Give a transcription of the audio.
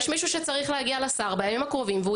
יש מישהו שצריך להגיע לשר בימים הקרובים והוא